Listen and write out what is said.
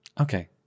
Okay